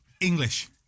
English